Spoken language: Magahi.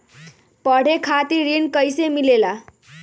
पढे खातीर ऋण कईसे मिले ला?